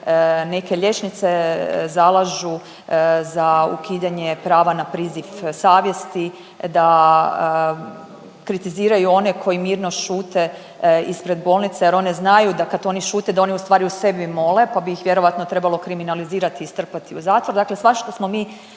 neke liječnice zalažu za ukidanje prava na priziv savjesti, da kritiziraju one koji mirno šute ispred bolnice jer one znaju da kad oni šute da oni ustvari u sebi mole pa bi ih vjerojatno trebalo kriminalizirati i strpati u zatvor, dakle svašta smo mi